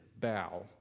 bow